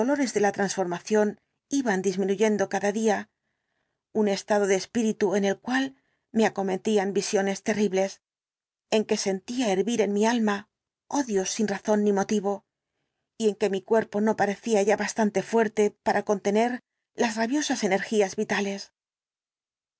de la medicina había pasado sentía casi sin transición pues los dolores de la transformación iban disminuyendo cada día un estado de espíritu en el cual me acometían visiones terribles en que sentía hervir en mi alma odios sin razón ni motivo y en que mi cuerpo no parecía ya bastante fuerte para contener las rabiosas energías vitales